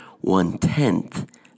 one-tenth